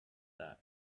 that